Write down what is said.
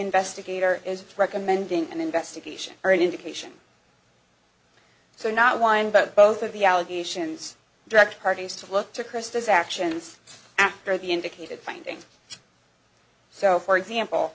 investigator is recommending an investigation or an indication so not one but both of the allegations direct parties to look to christus actions after the indicated findings so for example